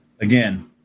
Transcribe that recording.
Again